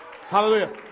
Hallelujah